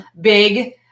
big